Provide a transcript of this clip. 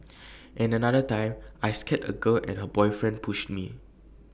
and another time I scared A girl and her boyfriend pushed me